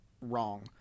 wrong